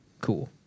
cool